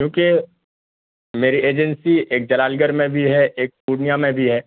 کیوںکہ میری ایجنسی ایک جلال گڑھ میں بھی ہے ایک پورنیہ میں بھی ہے